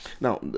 now